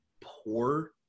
poor